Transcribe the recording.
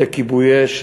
לכיבוי אש.